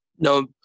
No